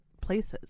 places